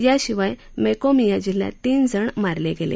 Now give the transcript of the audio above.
याशिवाय मैकोभिया जिल्ह्यात तीन जण मारले गेले